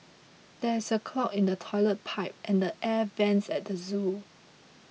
there is a clog in the Toilet Pipe and the Air Vents at the zoo